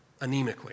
anemically